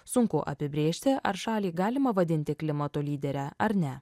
sunku apibrėžti ar šalį galima vadinti klimato lydere ar ne